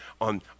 on